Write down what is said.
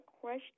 question